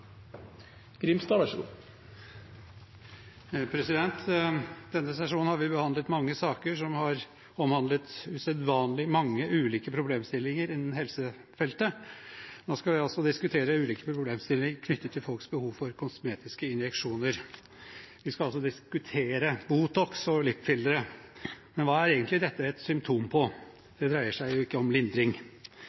Denne sesjonen har vi behandlet mange saker som har omhandlet usedvanlig mange ulike problemstillinger innen helsefeltet. Nå skal vi diskutere ulike problemstillinger knyttet til folks behov for kosmetiske injeksjoner. Vi skal altså diskutere Botox og lipfillere. Men hva er egentlig dette et symptom på? Det dreier seg jo ikke om lindring.